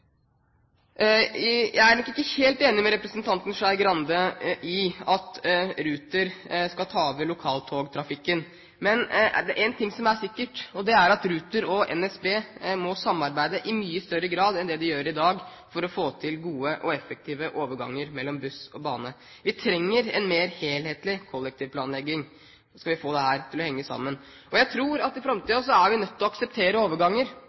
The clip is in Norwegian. Jeg er nok ikke helt enig med representanten Skei Grande i at Ruter skal ta over lokaltogtrafikken. Men det er en ting som er sikkert, og det er at Ruter og NSB må samarbeide i mye større grad enn det de gjør i dag for å få til gode og effektive overganger mellom buss og bane. Vi trenger en mer helhetlig kollektivplanlegging skal vi få dette til å henge sammen. Jeg tror at vi i framtiden er nødt til å akseptere overganger.